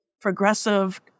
progressive